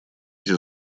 эти